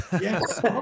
Yes